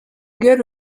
gueules